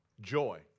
joy